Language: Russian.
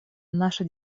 наша